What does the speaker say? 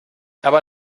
aber